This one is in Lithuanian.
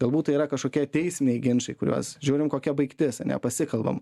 galbūt tai yra kažkokie teisminiai ginčai kuriuos žiūrint kokia baigtis ane pasikalbam